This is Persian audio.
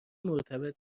مرتبط